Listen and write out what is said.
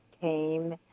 came